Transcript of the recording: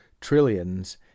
trillions